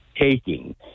taking